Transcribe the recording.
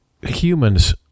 humans